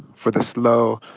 for the slow,